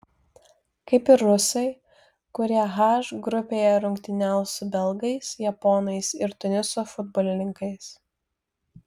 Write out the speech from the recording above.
kaip ir rusai kurie h grupėje rungtyniaus su belgais japonais ir tuniso futbolininkais